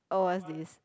oh what's this